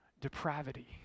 depravity